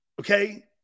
Okay